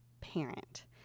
parent